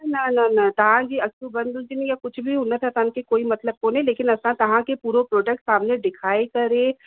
न न न तव्हांजी अखियूं बंदि हुजनि या कुझु बि हुनसां तव्हांखे कोई मतिलब कोन्हे लेकिन असां तव्हांखे पूरो प्रोडक्ट सामने ॾेखारे करे